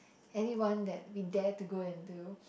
any one that we dare to go into